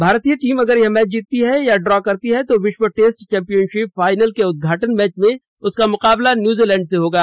भारतीय टीम अगर यह मैच जीतती है या ड्रा कराती है तो विश्व टेस्ट चौम्पियनशिप फाइनल के उद्घाटन मैच में उसका मुकाबला न्यूजीलैंड से होगा